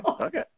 okay